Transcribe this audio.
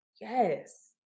Yes